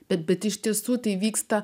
bet bet iš tiesų tai vyksta